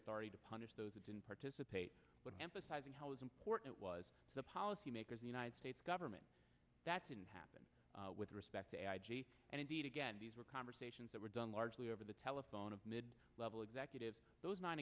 authority to punish those that didn't participate but emphasizing how was important was the policy makers the united states government that didn't happen with respect and indeed again these were conversations that were done largely over the telephone of mid level executives those nine